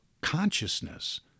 consciousness